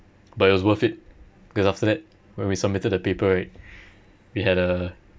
but it was worth it because after that when we submitted the paper right we had a